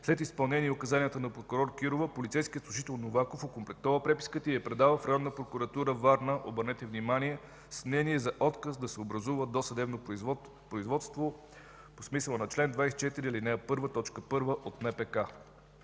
След изпълнение указанията на прокурор Кирова, полицейският служител Новаков окомплектова преписката и я предава в Районна прокуратура – Варна, обърнете внимание, с мнение за отказ да се образува досъдебно производство по смисъла на чл. 24, ал. 1, т. 1 от НПК.